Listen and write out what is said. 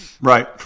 Right